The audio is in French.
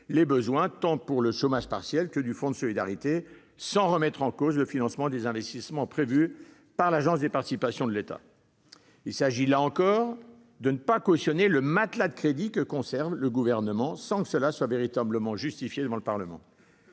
les besoins au titre du chômage partiel ou du fonds de solidarité et ne remettront pas en cause le financement des investissements prévus par l'Agence des participations de l'État. Là encore, il s'agit de ne pas cautionner le matelas de crédits que conserve le Gouvernement, sans que cela soit véritablement justifié devant le Parlement.